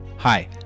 Hi